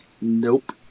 Nope